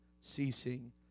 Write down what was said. ceasing